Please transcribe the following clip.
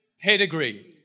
pedigree